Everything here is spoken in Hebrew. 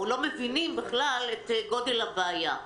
לא מבינים בכלל את גודל הבעיה.